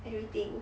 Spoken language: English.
everything